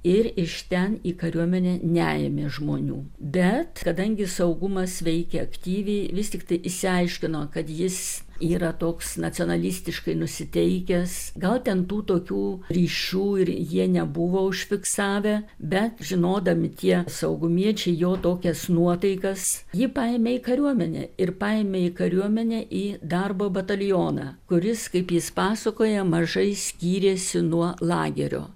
ir iš ten į kariuomenę neėmė žmonių bet kadangi saugumas veikė aktyviai vis tiktai išsiaiškino kad jis yra toks nacionalistiškai nusiteikęs gal ten tų tokių ryšių ir jie nebuvo užfiksavę bet žinodami tie saugumiečiai jo tokias nuotaikas jį paėmė į kariuomenę ir paėmė į kariuomenę į darbo batalioną kuris kaip jis pasakoja mažai skyrėsi nuo lagerio